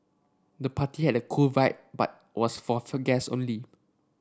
the party had a cool vibe but was for food guests only